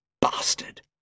Bastard